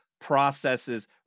processes